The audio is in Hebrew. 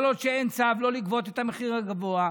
כל עוד אין צו, לא לגבות את המחיר הגבוה.